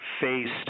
faced